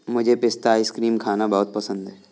मुझे पिस्ता आइसक्रीम खाना बहुत पसंद है